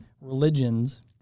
religions